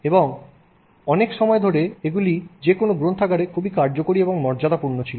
এবং অনেক সময় ধরে এগুলি যেকোনো গ্রন্থাগারে খুবই কার্যকরী এবং মর্যাদাপূর্ণ ছিল